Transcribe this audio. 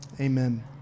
Amen